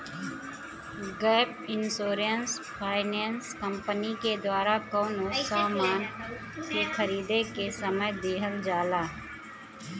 gap insurance finance company के द्वारा कवनो सामान के खरीदें के समय दीहल जाला